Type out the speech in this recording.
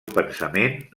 pensament